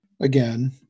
again